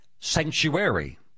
sanctuary